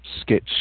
sketch